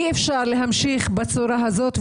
אי-אפשר להמשיך בצורה הזאת,